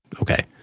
okay